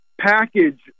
package